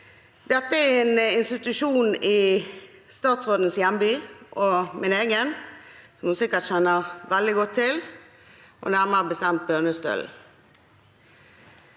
Dette er en institusjon i statsrådens og min egen hjemby, som hun sikkert kjenner veldig godt til, nærmere bestemt Bønesstølen.